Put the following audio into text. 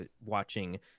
watching